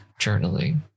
Journaling